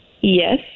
Yes